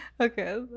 Okay